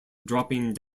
dropping